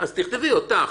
אז תכתבי אותך.